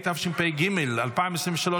התשפ"ג 2023,